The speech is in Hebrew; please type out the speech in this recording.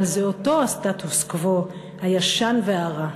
אבל זה אותו הסטטוס-קוו הישן והרע.